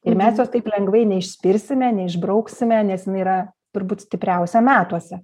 ir mes jos taip lengvai neišspirsime neišbrauksime nes jinai yra turbūt stipriausia metuose